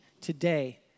today